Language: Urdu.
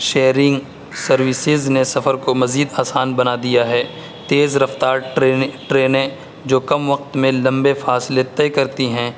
شیئرنگ سروسز نے سفر کو مزید آسان بنا دیا ہے تیز رفتار ٹرینیں جو کم وقت میں لمبے فاصلے طے کرتی ہیں